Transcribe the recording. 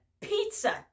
pizza